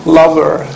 lover